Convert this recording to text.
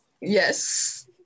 yes